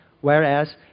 Whereas